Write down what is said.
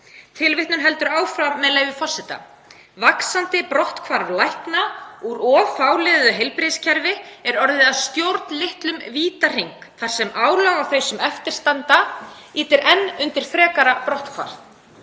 Tilvitnun heldur áfram, með leyfi forseta: „Vaxandi brotthvarf lækna úr of fáliðuðu heilbrigðiskerfi er orðið að stjórnlitlum vítahring þar sem álag á þau sem eftir standa ýtir enn undir frekara brotthvarf.“